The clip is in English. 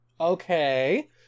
Okay